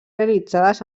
realitzades